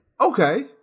okay